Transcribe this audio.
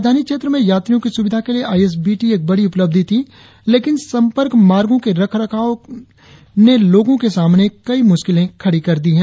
राजधानी क्षेत्र में यात्रियों की सुविधा के लिए आई एस बी टी एक बड़ी उपलब्धी थी लेकिन संपर्क मार्गों के खराब रख रखाव ने लोगों के सामने कई मुश्किलें खड़ी कर दी हैं